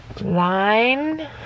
Line